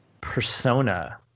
persona